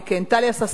טליה ששון,